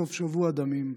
סוף שבוע דמים,